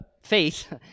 faith